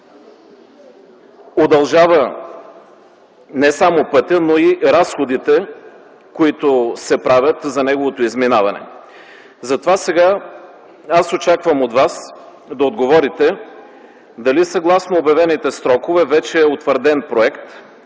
Удължава се не само пътят, но се увеличават и разходите, които се правят при неговото изминаване. Затова сега аз очаквам от Вас да отговорите дали съгласно обявените срокове вече е утвърден проект,